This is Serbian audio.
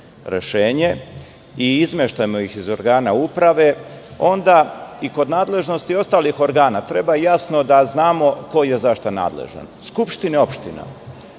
i izmeštamo ih iz organa uprave, onda i kod nadležnosti ostalih organa treba jasno da znamo koji i za šta nadležan. Skupštine opština,